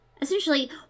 Essentially